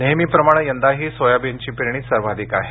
नेहमीप्रमाणे यंदाही सोयाबीनची पेरणी ही सर्वाधिक आहे